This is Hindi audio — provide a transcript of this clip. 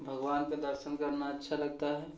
भगवान का दर्शन करना अच्छा लगता है